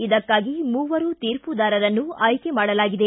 ಇದಕ್ಕಾಗಿ ಮೂವರು ತೀರ್ಪುದಾರರನ್ನು ಆಯ್ಕೆ ಮಾಡಲಾಗಿದೆ